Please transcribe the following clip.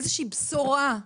איזושהי בשורה,